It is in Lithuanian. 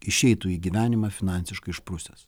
išeitų į gyvenimą finansiškai išprusęs